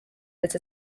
that